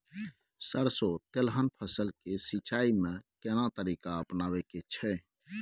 सरसो तेलहनक फसल के सिंचाई में केना तरीका अपनाबे के छै?